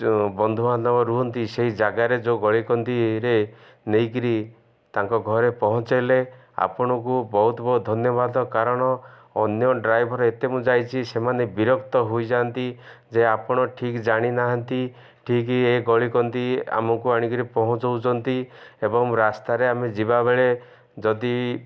ଯେଉଁ ବନ୍ଧୁବାନ୍ଧବ ରୁହନ୍ତି ସେଇ ଜାଗାରେ ଯେଉଁ ଗଳିିକନ୍ଦିରେ ନେଇ କରି ତାଙ୍କ ଘରେ ପହଞ୍ଚାଇଲେ ଆପଣଙ୍କୁ ବହୁତ ବହୁତ ଧନ୍ୟବାଦ କାରଣ ଅନ୍ୟ ଡ୍ରାଇଭର୍ ଏତେ ମୁଁ ଯାଇଛି ସେମାନେ ବିରକ୍ତ ହୋଇଯାଆନ୍ତି ଯେ ଆପଣ ଠିକ୍ ଜାଣିନାହାନ୍ତି ଠିକ ଏ ଗଳି କନ୍ଦି ଆମକୁ ଆଣିକରି ପହଞ୍ଚାଉଛନ୍ତି ଏବଂ ରାସ୍ତାରେ ଆମେ ଯିବାବେଳେ ଯଦି